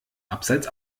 abseits